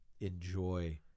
enjoy